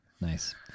nice